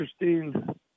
interesting